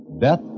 Death